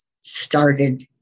started